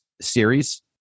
series